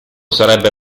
sarebbe